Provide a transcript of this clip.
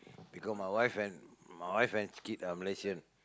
because my wife and my wife and kids are Malaysian